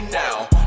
now